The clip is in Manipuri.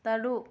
ꯇꯔꯨꯛ